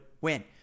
win